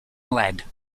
lead